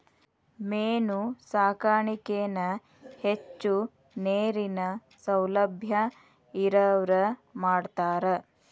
main ಸಾಕಾಣಿಕೆನ ಹೆಚ್ಚು ನೇರಿನ ಸೌಲಬ್ಯಾ ಇರವ್ರ ಮಾಡ್ತಾರ